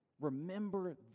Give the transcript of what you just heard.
Remember